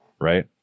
Right